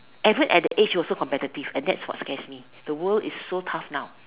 even at that age also competitive and that's what scares me the world is so tough now